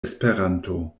esperanto